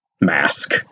mask